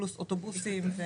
האוטובוסים,